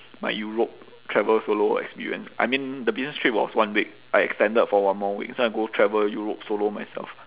my europe travel solo experience I mean the business trip was one week I extended for one more week so I go travel europe solo myself